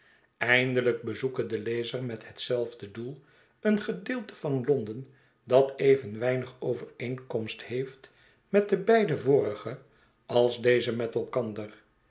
eindelijk bezoeke de lezer met hetzelfde doel een gedeelte van londen dat even weinig overeenkomst heeft met de beide vorige als deze met elkander